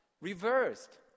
reversed